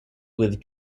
with